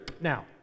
Now